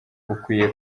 ukwiye